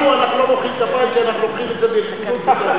לנו אנחנו לא מוחאים כפיים כי אנחנו לוקחים את זה ברצינות יותר מדי,